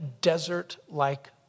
desert-like